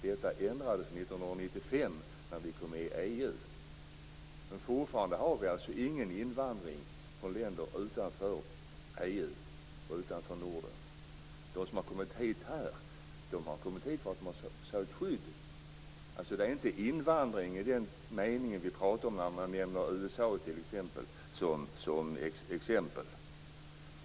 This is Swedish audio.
Detta ändrades 1995 då vi gick med i EU. Men fortfarande har vi alltså ingen invandring från länder utanför EU och Norden. De som har kommit hit har gjort det för att de har sökt skydd. Det är alltså inte fråga om den typ av invandring som man har i t.ex. USA.